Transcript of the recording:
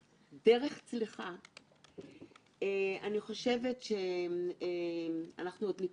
חג חירות שמח ותודה על העבודה הנהדרת שעשיתם כדי